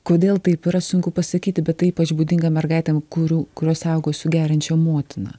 kodėl taip yra sunku pasakyti bet tai ypač būdinga mergaitėm kurių kurios augo su geriančia motina